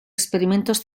experimentos